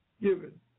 given